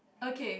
okay